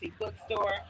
Bookstore